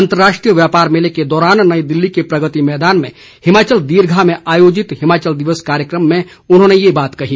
अंतर्राष्ट्रीय व्यापार मेले के दौरान नई दिल्ली के प्रगति मैदान में हिमाचल दीर्घा में आयोजित हिमाचल दिवस कार्यक्रम में उन्होंने ये बात कही